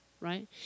right